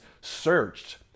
searched